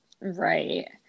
Right